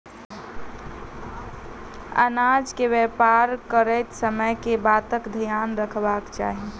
अनाज केँ व्यापार करैत समय केँ बातक ध्यान रखबाक चाहि?